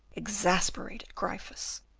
exasperated gryphus.